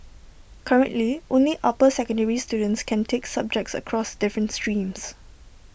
currently only upper secondary students can take subjects across different streams